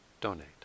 donate